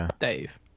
Dave